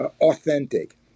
authentic